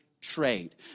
trade